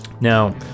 Now